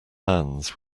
hands